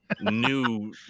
new